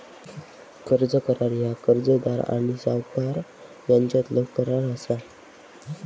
कर्ज करार ह्या कर्जदार आणि सावकार यांच्यातलो करार असा